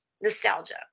Nostalgia